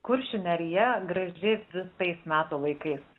kuršių nerija graži visais metų laikais